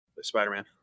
Spider-Man